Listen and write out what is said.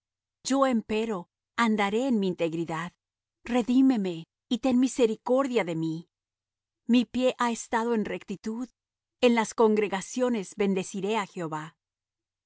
yo empero andaré en mi integridad redímeme y ten misericordia de mí mi pie ha estado en rectitud en las congregaciones bendeciré á jehová